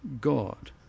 God